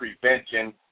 prevention